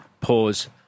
Pause